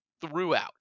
throughout